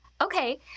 okay